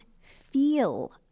feel